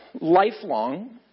lifelong